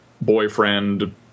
boyfriend